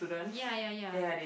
ya ya ya